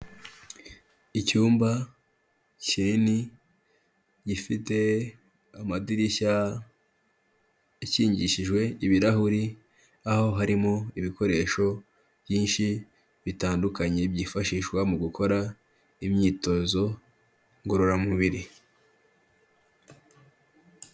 Icyumba kinini gifite amadirishya akingishijwe ibirahuri, aho harimo ibikoresho byinshi bitandukanye byifashishwa mu gukora imyitozo ngororamubiri.